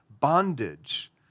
bondage